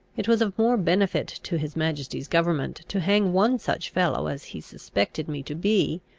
it was of more benefit to his majesty's government to hang one such fellow as he suspected me to be,